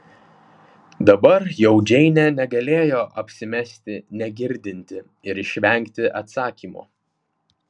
dabar jau džeinė negalėjo apsimesti negirdinti ir išvengti atsakymo